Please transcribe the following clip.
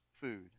food